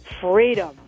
freedom